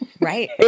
Right